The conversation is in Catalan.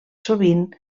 sovint